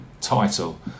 title